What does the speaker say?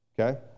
Okay